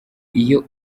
iyo